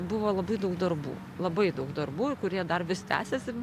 buvo labai daug darbų labai daug darbų ir kurie dar vis tęsiasi